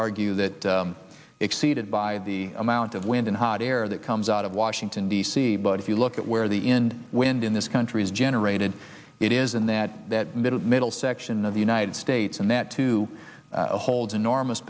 argue that exceeded by the amount of wind and hot air that comes out of washington d c but if you look where the end wind in this country is generated it is in that middle middle section of the united states and that two holds enormous